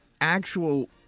actual